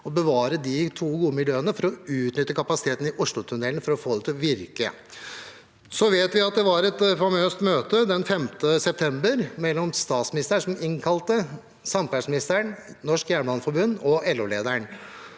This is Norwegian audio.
og å bevare de to gode miljøene for å utnytte kapasiteten i Oslotunnelen for å få det til å virke. Så vet vi at det var et famøst møte den 5. september, der statsministeren innkalte samferdselsministeren, Norsk Jernbaneforbund og LO-lederen.